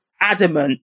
adamant